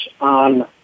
on